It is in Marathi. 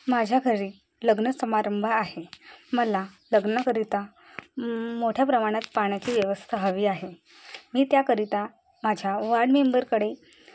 माझ्या घरी लग्न समारंभ आहे मला लग्नाकरिता मोठ्या प्रमाणात पाण्याची व्यवस्था हवी आहे मी त्याकरिता माझ्या वॉर्ड मेंबरकडे